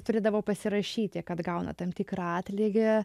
turėdavo pasirašyti kad gauna tam tikrą atlygį